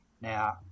now